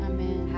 Amen